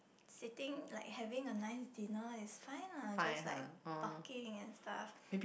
sitting like having a nice dinner is fine lah just like talking and stuff